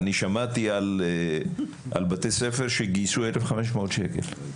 אני שמעתי על בתי ספר שגייסו 1,500 שקלים.